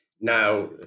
Now